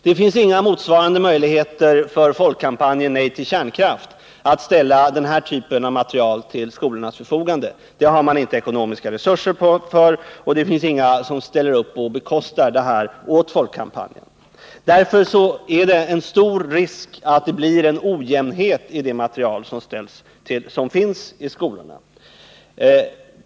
Det finns inga motsvarande möjligheter för Folkkampanjen Nej till kärnkraft att ställa denna typ av material till skolornas förfogande. Det har man inte ekonomiska resurser för, och det finns inga som ställer upp och bekostar detta åt Folkkampanjen. Därför är det en stor risk för att det blir en ojämnhet i det material som kommer till skolorna.